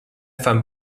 femme